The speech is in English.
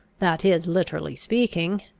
that is, literally speaking,